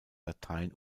latein